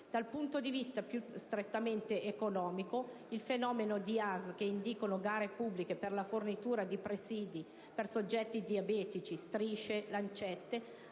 Dal punto di vista più strettamente economico, il fenomeno relativo alle ASL che indicono gare pubbliche per la fornitura di presìdi per soggetti diabetici (strisce e lancette)